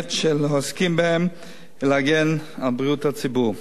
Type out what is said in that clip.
הולמת של העוסקים בהם ולהגן על בריאות הציבור.